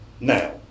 now